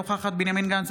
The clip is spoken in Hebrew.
אינה נוכחת בנימין גנץ,